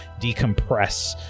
decompress